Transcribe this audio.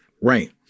Right